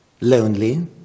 lonely